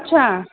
अच्छा